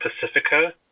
Pacifica